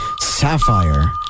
Sapphire